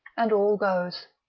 and all goes.